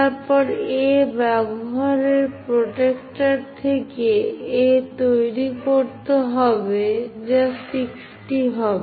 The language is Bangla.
তারপর A ব্যবহারের প্রট্রাক্টর থেকে A তৈরি করতে হবে যা 60 হবে